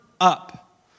up